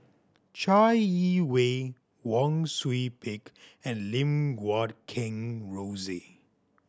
Chai Yee Wei Wang Sui Pick and Lim Guat Kheng Rosie